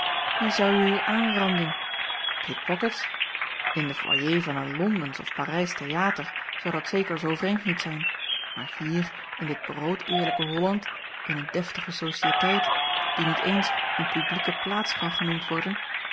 wie zou u hier aanranden pickpockets in den foyer van een londensch of parijsch theater zou dat zeker zoo vreemd niet zijn maar hier in dit brood eerlijke holland in eene deftige sociëteit die niet eens eene publieke plaats kan genoemd worden